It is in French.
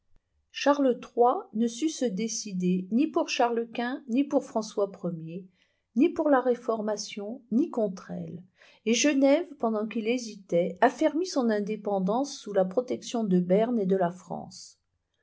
charles iii ne sut se décider ni pour charles-quint ni pour françois i er ni pour la réformation ni contre elle et genève pendant qu'il hésitait affermit son indépendance sous la protection de berne t de la france